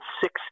six